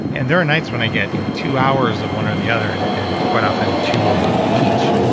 and there are nights where i get you know two hours of one or the other, and and quite often two of each,